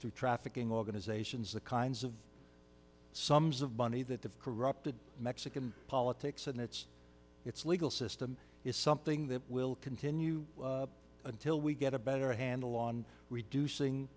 to trafficking organizations the kinds of sums of money that the corrupted mexican politics and its its legal system is something that will continue until we get a better handle on reducing